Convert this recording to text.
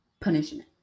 punishment